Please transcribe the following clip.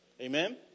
Amen